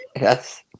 Yes